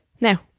Now